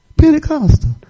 Pentecostal